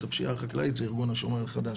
הפשיעה החקלאית הוא ארגון השומר החדש,